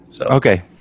Okay